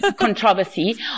controversy